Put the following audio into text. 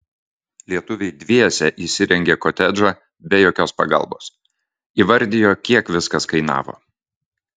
lietuviai dviese įsirengė kotedžą be jokios pagalbos įvardijo kiek viskas kainavo